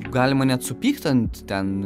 galima net supykt ant ten